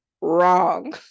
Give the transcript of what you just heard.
wrong